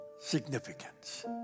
significance